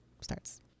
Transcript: starts